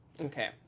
okay